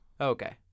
Okay